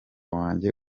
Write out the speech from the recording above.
wanjye